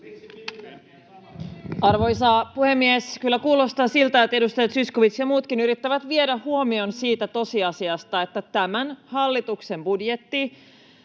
Arvoisa puhemies! Kyllä kuulostaa siltä, että edustaja Zyskowicz ja muutkin yrittävät viedä huomion siitä tosiasiasta, että tämän hallituksen budjetti